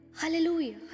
Hallelujah